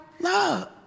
love